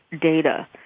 data